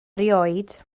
erioed